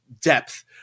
depth